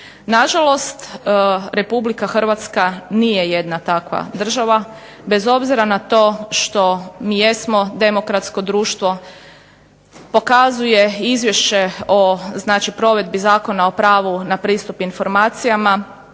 Nažalost, RH nije jedna takva država, bez obzira na to što mi jesmo demokratsko društvo pokazuje izvješće o provedbi Zakona o pravu na pristup informacijama